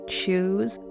choose